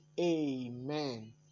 amen